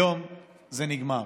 היום זה נגמר.